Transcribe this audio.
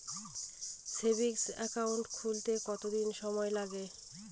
Savings account খুলতে কতদিন সময় লাগে?